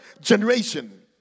generation